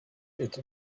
its